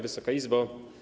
Wysoka Izbo!